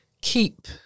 keep